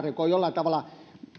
on jollain tavalla mennyt